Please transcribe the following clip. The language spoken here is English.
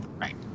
Right